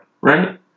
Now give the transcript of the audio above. Right